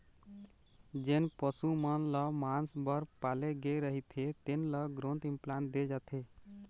जेन पशु मन ल मांस बर पाले गे रहिथे तेन ल ग्रोथ इंप्लांट दे जाथे